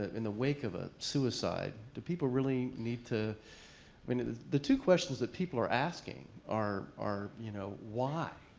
in the wake of a suicide, do people really need to i mean the the two questions that people are asking are, you know, why?